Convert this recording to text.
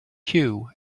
queue